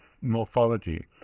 morphology